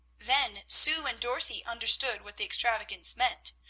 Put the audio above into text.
then sue and dorothy understood what the extravagance meant,